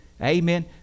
Amen